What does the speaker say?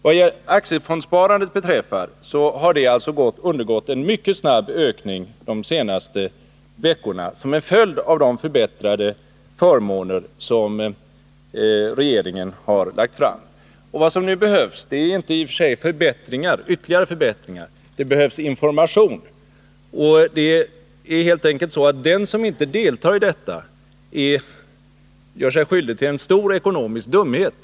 Vad aktiefondsparandet beträffar så har det undergått en mycket snabb ökning de senaste veckorna som en följd av de förbättrade förmåner som regeringen har infört. Vad som nu behövs är i och för sig inte ytterligare förbättringar, utan information. Den som inte deltar i detta sparande gör sig skyldig till en stor ekonomisk dumhet.